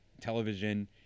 television –